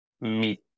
meet